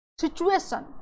situation